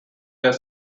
their